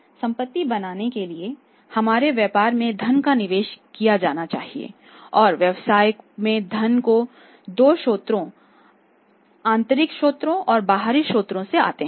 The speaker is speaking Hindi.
संपत्ति बनाने के लिए हमने व्यापार में धन का निवेश किया है और व्यवसाय में धन दो स्रोतों आंतरिक स्रोतों और बाहरी स्रोतों से आते हैं